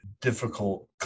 difficult